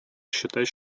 считать